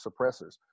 suppressors